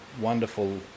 wonderful